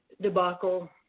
debacle